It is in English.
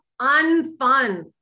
unfun